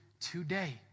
today